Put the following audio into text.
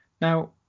now